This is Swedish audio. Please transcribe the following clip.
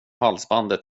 halsbandet